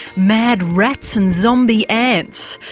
mad rats and zombie ants.